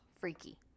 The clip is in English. freaky